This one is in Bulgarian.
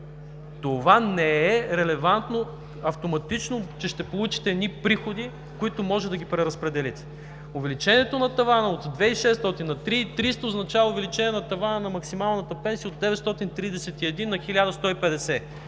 това не е релевантно, автоматично, че ще получите едни приходи, които може да ги преразпределите. Увеличението на тавана от 2600 на 3300 означава увеличение на тавана на максималната пенсия от 931 на 1150